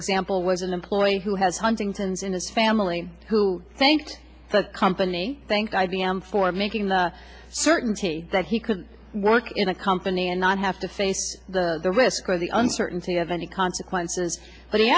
example was an employee who has huntington's in his family who thanked the company thank i b m for making the certainty that he could work in a company and not have to face the risk or the uncertainty of any consequences but he